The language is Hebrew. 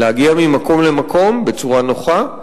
להגיע ממקום למקום בצורה נוחה,